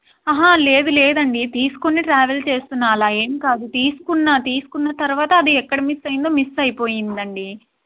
లేదు లేదండి తీసుకుని ట్రావెల్ చేస్తున్నాను అలా ఏం కాదు తీసుకున్నాను తీసుకున్న తర్వాత అది ఎక్కడ మిస్ అయిందో మిస్ అయిపోయిందండి